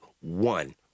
one